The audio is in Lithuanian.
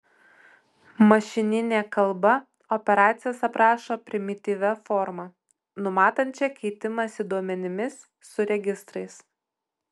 mašininė kalba operacijas aprašo primityvia forma numatančia keitimąsi duomenimis su registrais